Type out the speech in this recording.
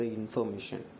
information